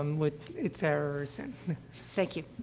um with its errors and thank you.